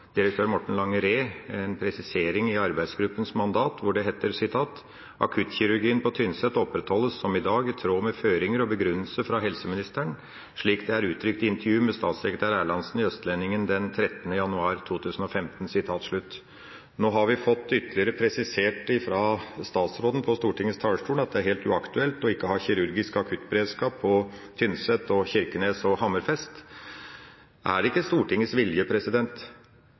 en presisering i arbeidsgruppas mandat, hvor det heter: «Akuttkirurgien på Tynset opprettholdes som i dag i tråd med føringer og begrunnelse fra helseministeren slik det er uttrykt i intervju med statssekretær Erlandsen i Østlendingen den 13. januar 2015.» Nå har vi fått ytterligere presisert fra statsråden på Stortingets talerstol at det er helt uaktuelt ikke å ha kirurgisk akuttberedskap på Tynset, i Kirkenes og Hammerfest. Er det ikke Stortingets vilje